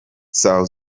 são